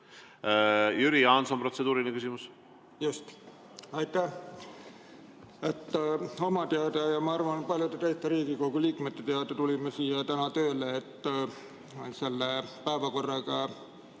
Jüri Jaanson, protseduuriline küsimus. Just, aitäh! Omateada ja ma arvan, et ka paljude teiste Riigikogu liikmete teada tulime siia täna tööle, et päevakord